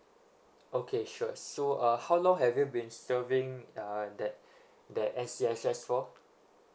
okay sure so uh how long have you been serving uh that that scss for